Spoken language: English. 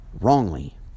wrongly